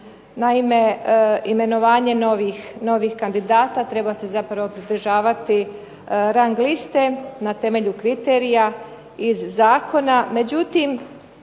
Naime, imenovanje novih kandidata treba se pridržavati rang liste na temelju kriterija iz zakona.